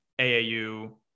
AAU